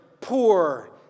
poor